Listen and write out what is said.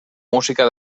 música